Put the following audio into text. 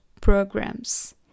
programs